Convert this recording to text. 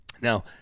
Now